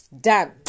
Done